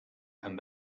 come